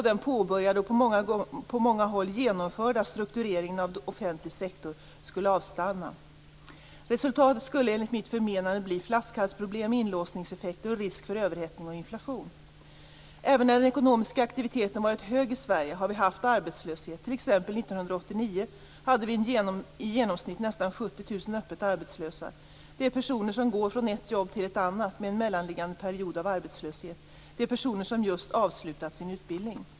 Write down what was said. Den påbörjade och på många håll genomförda omstruktureringen av offentlig sektor skulle avstanna. Resultatet skulle enligt mitt förmenande bli flaskhalsproblem, inlåsningseffekter och risk för överhettning och inflation. Även när den ekonomiska aktiviteten varit hög i Sverige har vi haft arbetslöshet. T.ex. 1989 hade vi i genomsnitt nästan 70 000 öppet arbetslösa. Det är personer som går från ett jobb till ett annat med en mellanliggande period av arbetslöshet. Det är personer som just avslutat sin utbildning.